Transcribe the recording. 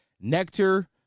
Nectar